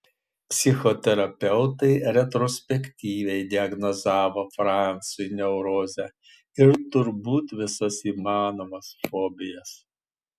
psichoterapeutai retrospektyviai diagnozavo franzui neurozę ir turbūt visas įmanomas fobijas